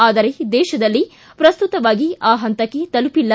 ಆದರೆ ದೇಶದಲ್ಲಿ ಪ್ರಸ್ತುತವಾಗಿ ಆ ಹಂತಕ್ಕೆ ತಲುಪಿಲ್ಲ